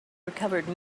recovered